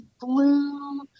blue